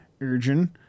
Urgent